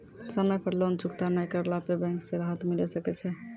समय पर लोन चुकता नैय करला पर बैंक से राहत मिले सकय छै?